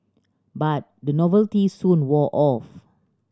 but the novelty soon wore off